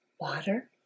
Water